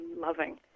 loving